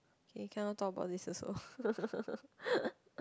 okay cannot talk about this also